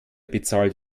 bezahlt